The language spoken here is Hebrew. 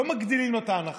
לא מגדילים לו את ההנחה.